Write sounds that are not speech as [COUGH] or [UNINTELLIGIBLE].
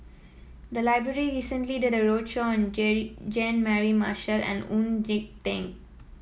the library recently did a roadshow on [UNINTELLIGIBLE] Jean Mary Marshall and Oon [UNINTELLIGIBLE]